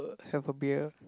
have a beer